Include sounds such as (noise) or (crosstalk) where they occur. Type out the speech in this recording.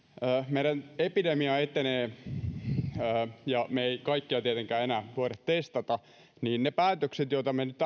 meidän epidemia etenee ja me emme kaikkia tietenkään enää voi testata niiden päätöksien vaikutukset joita me nyt (unintelligible)